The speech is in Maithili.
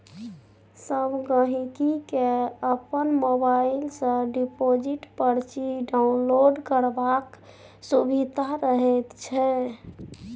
सब गहिंकी केँ अपन मोबाइल सँ डिपोजिट परची डाउनलोड करबाक सुभिता रहैत छै